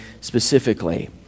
specifically